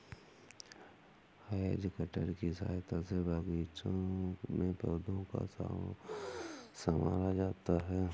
has cutter की सहायता से बागीचों में पौधों को सँवारा जाता है